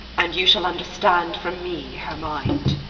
and you shall understand from me her mind.